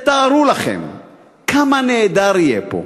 תתארו לכם כמה נהדר יהיה פה